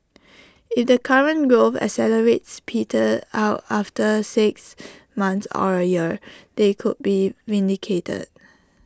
if the current growth accelerates peters out after six months or A year they could be vindicated